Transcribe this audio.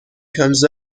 comes